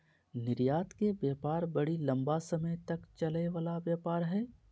निर्यात के व्यापार बड़ी लम्बा समय तक चलय वला व्यापार हइ